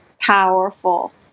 powerful